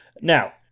Now